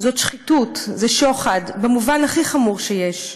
זאת שחיתות, זה שוחד במובן הכי חמור שיש.